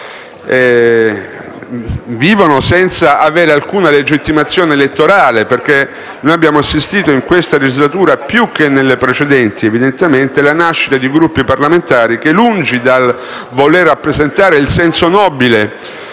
vivono senza avere alcuna legittimazione elettorale. Noi abbiamo assistito in questa legislatura, più che nelle precedenti evidentemente, alla nascita di Gruppi parlamentari che sono lontani dal voler rappresentare il senso nobile